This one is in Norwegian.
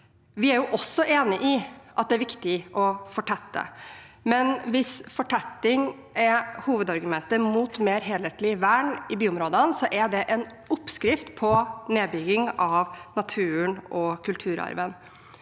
at vi også er enig i at det er viktig å fortette, men hvis fortetting er hovedargumentet mot mer helhetlig vern i byområdene, er det en oppskrift på nedbygging av naturen og kulturarven.